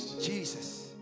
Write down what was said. Jesus